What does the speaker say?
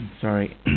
Sorry